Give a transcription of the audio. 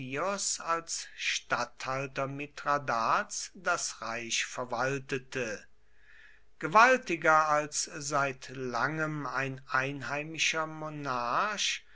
als statthalter mithradats das reich verwaltete gewaltiger als seit langem ein einheimischer